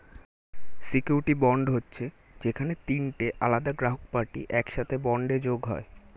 surety bond হচ্ছে যেখানে তিনটে আলাদা গ্রাহক পার্টি একসাথে বন্ডে যোগ হয়